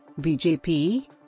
BJP